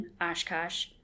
Oshkosh